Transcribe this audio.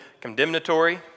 condemnatory